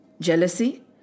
jealousy